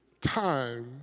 time